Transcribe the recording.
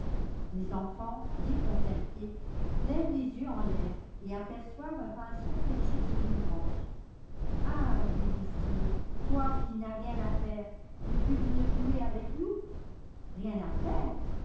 les enfants déconcertés lèvent les yeux en l'air et aperçoivent in pinson perché sur une branche a ah lui disent-ils toi qui n'as rien à faire veux-tu venir jouer avec nous rien à faire